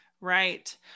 right